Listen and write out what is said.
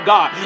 God